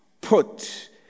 put